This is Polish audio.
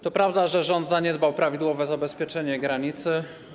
To prawda, że rząd zaniedbał prawidłowe zabezpieczenie granicy.